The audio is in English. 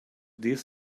this